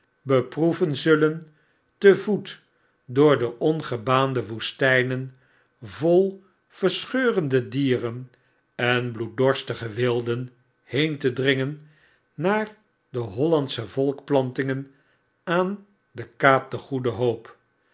beproeven zullen te voet door de ongebaande woestynen vol verscheurende dieren en bloeddorstige wilden heen te dringen naar de hollandsche volkplantingen aan de kaap de goede hoop